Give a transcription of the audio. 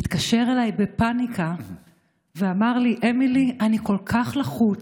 התקשר אלי בפניקה ואמר לי: אמילי, אני כל כך לחוץ,